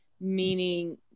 meaning